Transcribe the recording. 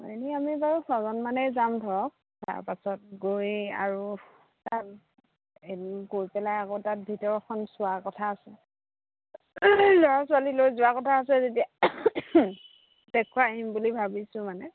এনেই আমি বাৰু ছজনমানেই যাম ধৰক তাৰপাছত গৈ আৰু তাত এ গৈ পেলাই আকৌ তাত ভিতৰখন চোৱাৰ কথা আছে ল'ৰা ছোৱালী লৈ যোৱা কথা আছে যেতিয়া দেখুৱাই আহিম বুলি ভাবিছোঁ মানে